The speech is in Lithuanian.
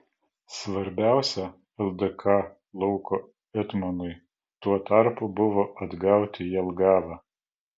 svarbiausia ldk lauko etmonui tuo tarpu buvo atgauti jelgavą